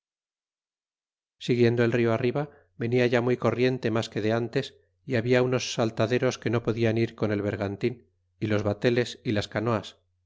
siguiendo el rio arriba venia ya muy corriente mas que de antes y habla unos saltaderos que no podian ir con el bergantin y los bateles y las canoas